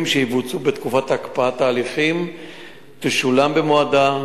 שיבוצעו בתקופת הקפאת ההליכים תשולם במועדה,